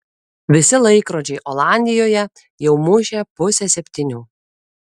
visi laikrodžiai olandijoje jau mušė pusę septynių